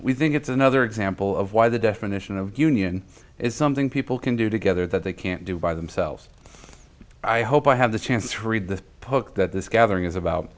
we think it's another example of why the definition of union is something people can do together that they can't do by themselves i hope i have the chance to read the book that this gathering is about